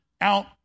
out